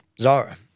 Zara